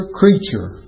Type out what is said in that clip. creature